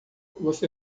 você